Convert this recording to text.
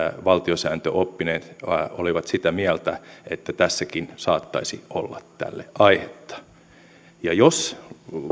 valtiosääntöoppineet olivat sitä mieltä että tässäkin saattaisi olla tälle aihetta ja jos